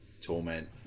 Torment